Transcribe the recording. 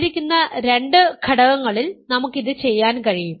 തന്നിരിക്കുന്ന രണ്ട് ഘടകങ്ങളിൽ നമുക്ക് ഇത് ചെയ്യാൻ കഴിയും